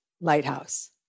lighthouse